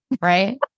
Right